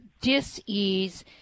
dis-ease